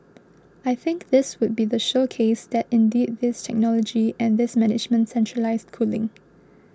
I think this would be the showcase that indeed this technology and this management centralised cooling